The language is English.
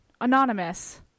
anonymous